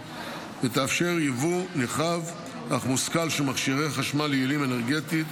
ותאפשר יבוא נרחב אך מושכל של מכשירי חשמל יעילים אנרגטית,